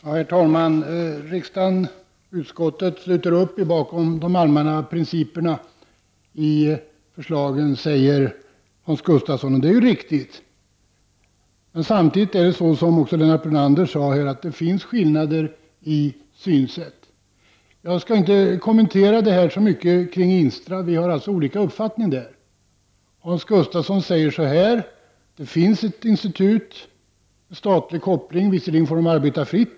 Herr talman! Utskottet sluter upp bakom de allmänna principerna i förslagen, sade Hans Gustafsson. Det är riktigt. Men samtidigt finns det — som också Lennart Brunander sade — skillnader i synsätt. Jag skall inte uppehålla mig så mycket vid att kommentera INSTRA. Där har vi olika uppfattningar. Hans Gustafsson säger att det finns ett institut med statlig koppling, men institutet får arbeta fritt.